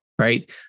right